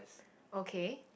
okay